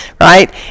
right